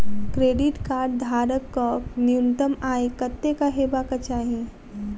Credit card धारक कऽ न्यूनतम आय कत्तेक हेबाक चाहि?